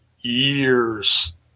years